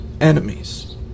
enemies